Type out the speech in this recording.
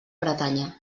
bretanya